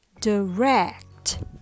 direct